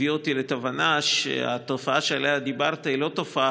הביא אותי לתובנה שהתופעה שעליה דיברת היא לא תופעה